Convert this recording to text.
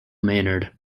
maynard